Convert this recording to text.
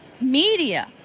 media